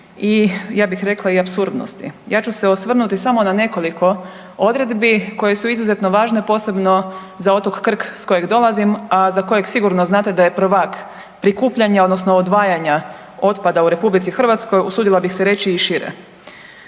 i ja bih rekla i apsurdnosti. Ja ću se osvrnuti samo na nekoliko odredbi koje su izuzetno važne, a posebno za otok Krk s kojeg dolazim, a za kojeg sigurno znate da je prvak prikupljanja odnosno odvajanja otpada u RH, usudila bih se reći i šire.